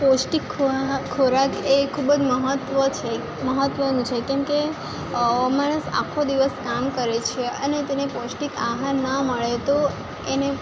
પૌષ્ટિક ખો ખોરાકએ ખૂબ જ મહત્ત્વ છે મહત્ત્વનું છે કેમકે માણસ આખો દિવસ કામ કરે છે અને તેને પૌષ્ટિક આહાર ના મળે તો એને